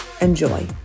Enjoy